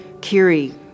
Kiri